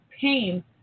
pain